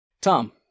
Tom